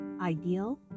ideal